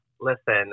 Listen